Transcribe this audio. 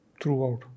throughout